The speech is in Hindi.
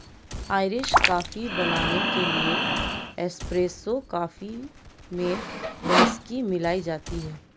आइरिश कॉफी बनाने के लिए एस्प्रेसो कॉफी में व्हिस्की मिलाई जाती है